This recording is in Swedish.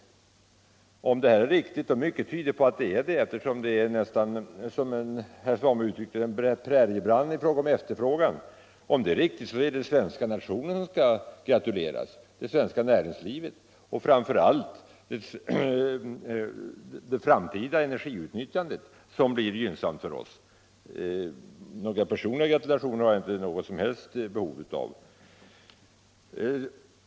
Om det här är riktigt — och mycket tyder på det, eftersom efterfrågan på det jordvärmeaggregatet sprider sig som en präriebrand — är det den svenska nationen och det svenska näringslivet som skall gratuleras. Det är framför allt det framtida energiutnyttjandet som blir gynnsamt för oss. Några personliga gratulationer har jag inte något som helst behov av.